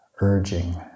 urging